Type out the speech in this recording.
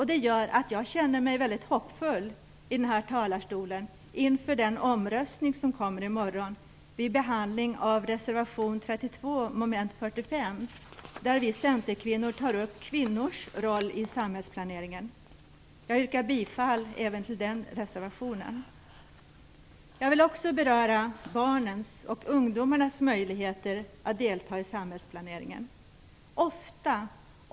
Det gör att jag känner mig hoppfull inför den omröstning som kommer att ske i morgon om reservation 32 under mom. 45, där vi centerkvinnor tar upp kvinnors roll i samhällsplaneringen. Jag yrkar bifall även till den reservationen. Jag vill också beröra barnens och ungdomarnas möjligheter att delta i samhällsplaneringen.